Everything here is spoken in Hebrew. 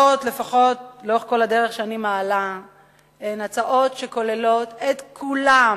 לאורך כל הדרך ההצעות שאני מעלה הן הצעות שכוללות את כולם,